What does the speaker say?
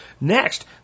Next